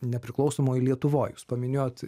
nepriklausomoj lietuvoj jūs paminėjot